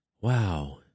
Wow